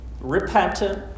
repentant